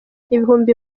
ibihumbi